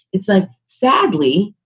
it's a sadly,